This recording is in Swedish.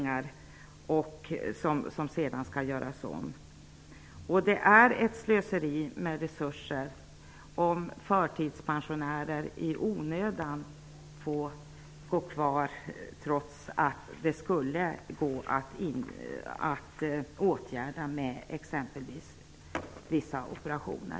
Det är ett slöseri med resurser. Det är ett slöseri med resurser att förtidspensionärer i onödan får gå kvar hemma trots att deras sjukdom eller skada skulle gå att åtgärda med exempelvis vissa operationer.